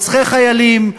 רוצחי חיילים,